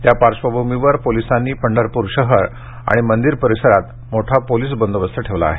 त्या पार्श्वभूमीवर पोलिसांनी पंढरपूर शहर आणि मंदिर परिसरात मोठा पोलीस बंदोबस्त लावला आहे